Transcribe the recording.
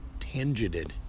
tangented